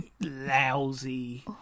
lousy